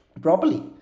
properly